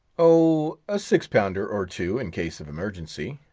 oh, a six-pounder or two, in case of emergency,